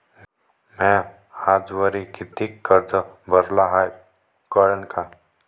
म्या आजवरी कितीक कर्ज भरलं हाय कळन का?